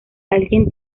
alguien